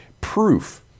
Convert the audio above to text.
proof